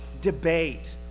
debate